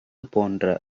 போன்ற